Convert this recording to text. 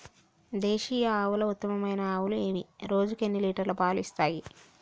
దేశీయ ఆవుల ఉత్తమమైన ఆవులు ఏవి? రోజుకు ఎన్ని లీటర్ల పాలు ఇస్తాయి?